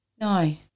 no